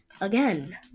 again